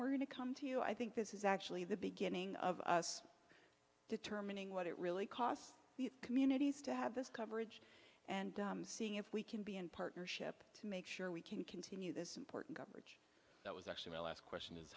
we're going to come to you i think this is actually the beginning of us determining what it really costs the communities to have this coverage and seeing if we can be in partnership to make sure we can continue this important coverage that was actually my last question is